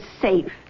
safe